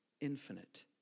infinite